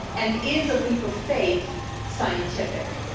and is a leap of faith scientific?